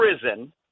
prison